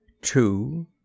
two